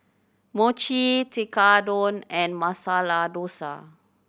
Mochi Tekkadon and Masala Dosa